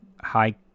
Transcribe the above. high